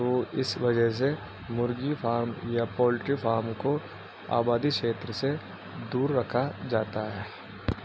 تو اس وجہ سے مرغی فام یا پولٹری فام کو آبادی چھیتر سے دور رکھا جاتا ہے